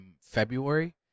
February